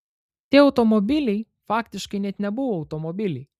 tie automobiliai faktiškai net nebuvo automobiliai